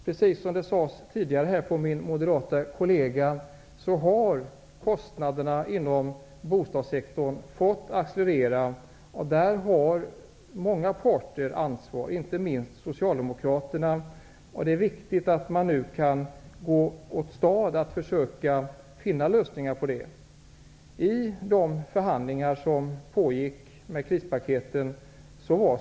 Som det tidigare sades här av min moderata kollega har kostnaderna inom bostadssektorn fått accelerera. Där har många parter ansvar och inte minst Socialdemokraterna. Det är viktigt att man nu kan försöka finna lösningar på problemet.